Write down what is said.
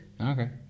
Okay